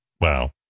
wow